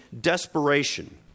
desperation